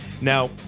Now